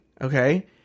Okay